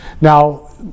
Now